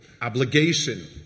obligation